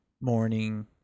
morning